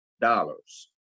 dollars